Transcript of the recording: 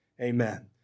Amen